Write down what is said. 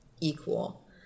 equal